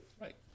Right